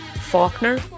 Faulkner